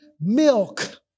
milk